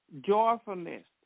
joyfulness